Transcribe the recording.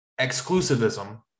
Exclusivism